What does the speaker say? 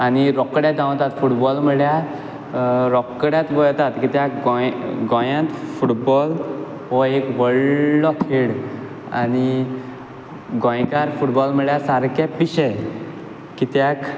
आनी रोखडे धांवतात फुटबॉल म्हुळ्यार रोखडेच वोयतात कित्याक गोंय गोंयांत फुटबॉल हो एक व्हडलो खेळ आनी गोंयकार फुटबॉल म्हळ्यार सारके पिशे कित्याक